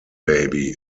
baby